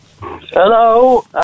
Hello